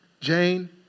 Jane